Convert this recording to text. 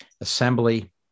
assembly